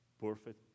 perfect